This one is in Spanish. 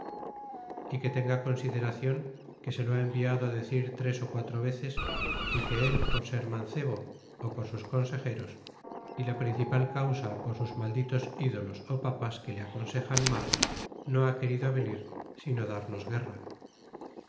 é que tenga consideracion que se lo ha enviado á decir tres quatro veces é que él por ser mancebo ó por sus consejeros y la principal causa por sus malditos dolos papas que le aconsejan mal no ha querido venir sino darnos guerra